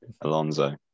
Alonso